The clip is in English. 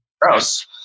gross